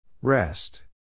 Rest